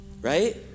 Right